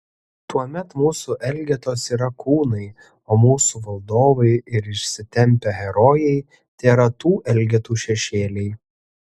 tuomet mūsų elgetos yra kūnai o mūsų valdovai ir išsitempę herojai tėra tų elgetų šešėliai